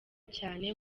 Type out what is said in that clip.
cyane